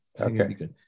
okay